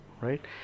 right